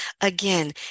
Again